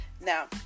Now